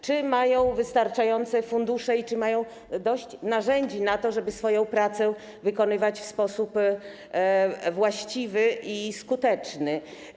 Czy mają wystarczające fundusze i czy mają dość narzędzi do tego, żeby swoją pracę wykonywać w sposób właściwy i skuteczny?